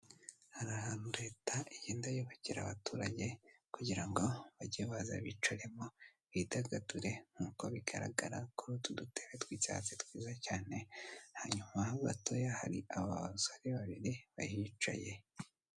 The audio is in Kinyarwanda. Hari ahantu leta igenda yubakira abaturage kugira ngo bajye baza bicaremo, bidagadure nkuko bigaragara kuri utu dutebe tw'icyatsi twiza cyane, hanyuma yaho gatoya hari aba basore babiri bahicaye.